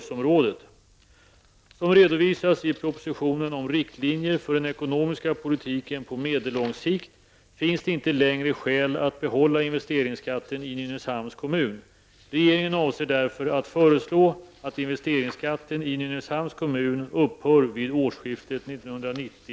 Som redovisats i propositionen om riktlinjer för den ekonomiska politiken på medellång sikt finns det inte längre skäl att behålla investeringsskatten i